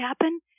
happen